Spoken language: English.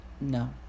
No